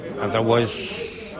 Otherwise